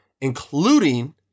including